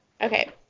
Okay